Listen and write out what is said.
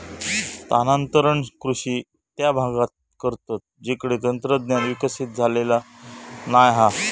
स्थानांतरण कृषि त्या भागांत करतत जिकडे तंत्रज्ञान विकसित झालेला नाय हा